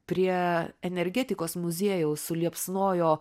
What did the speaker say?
prie energetikos muziejaus suliepsnojo